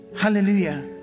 Hallelujah